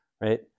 right